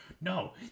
No